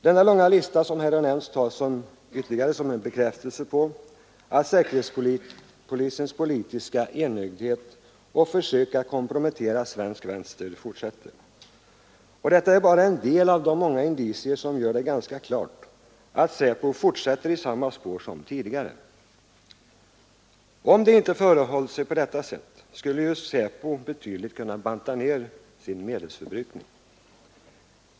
Denna långa lista tas som en bekräftelse på säkerhetspolisens politiska enögdhet och försök att kompromettera svensk vänster. Och detta är bara en del av de många indicier som gör det ganska klart att SÄPO fortsätter i samma spår som tidigare. Om det inte förhöll sig på detta sätt, skulle ju SÄPO betydligt kunnat banta ner sin medelsförbrukning.